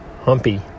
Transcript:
humpy